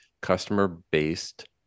customer-based